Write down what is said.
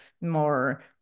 more